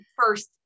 first